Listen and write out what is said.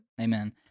Amen